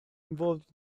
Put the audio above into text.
involved